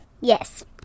Yes